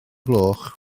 gloch